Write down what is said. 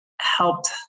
helped